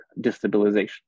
destabilization